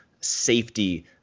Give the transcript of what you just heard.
safety